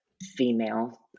female